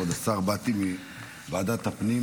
כבוד השר: באתי מוועדת הפנים,